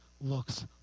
looks